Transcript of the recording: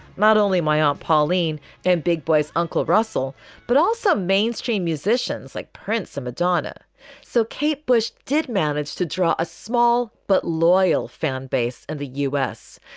not only my aunt pauline and big boys uncle russell but also mainstream musicians like prince and madonna so kate bush did manage to draw a small but loyal fan base and the u s.